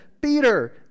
Peter